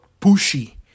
pushy